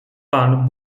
pan